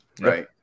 Right